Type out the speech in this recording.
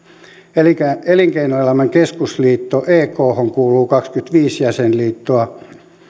elinkeinoelämän keskusliitto ekhon kuuluu kaksikymmentäviisi jäsenliittoa